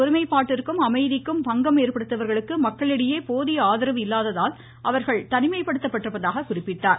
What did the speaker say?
ஒருமைப்பாட்டிற்கும் அமைதிக்கும் பங்கம் ஏற்படுத்துபவர்களுக்கு நாட்டின் மக்களிடையே போதிய ஆதரவு இல்லாததால் அவர்கள் தனிமைப்படுத்தப்பட்டிருப்பதாக குறிப்பிட்டார்